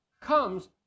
comes